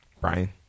Brian